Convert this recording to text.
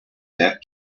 def